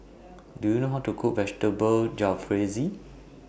Do YOU know How to Cook Vegetable Jalfrezi